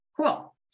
Cool